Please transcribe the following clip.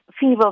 fever